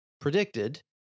predicted